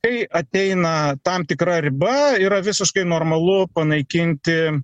tai ateina tam tikra riba yra visiškai normalu panaikinti